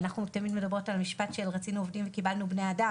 אנחנו תמיד מדברים על המשפט של "רצינו עובדים קיבלנו בני אדם",